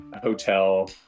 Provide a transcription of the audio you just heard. hotel